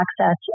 access